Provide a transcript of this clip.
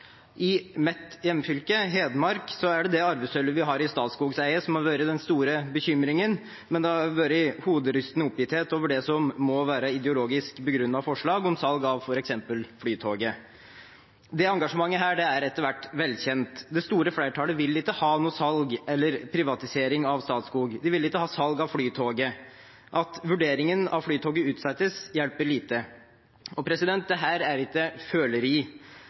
I mitt hjemfylke, Hedmark, er det det arvesølvet vi har i Statskogs eie som har vært den store bekymringen, men det har vært hoderystende oppgitthet over det som må være et ideologisk begrunnet forslag om salg av f.eks. Flytoget. Dette engasjementet er etter hvert velkjent. Det store flertallet vil ikke ha noe salg eller privatisering av Statskog, de vil ikke ha salg av Flytoget. At vurderingen av Flytoget utsettes, hjelper lite. Dette er ikke føleri.